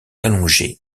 allongé